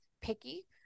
picky